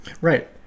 right